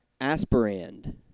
aspirand